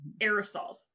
aerosols